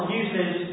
uses